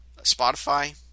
Spotify